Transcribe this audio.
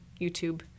YouTube